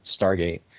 Stargate